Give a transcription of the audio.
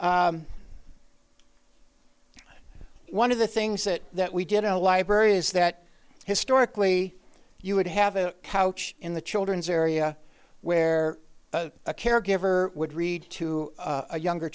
one of the things that that we did in a library is that historically you would have a couch in the children's area where a caregiver would read to a younger